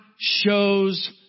shows